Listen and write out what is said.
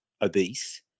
obese